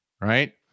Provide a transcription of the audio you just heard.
right